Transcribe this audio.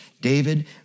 David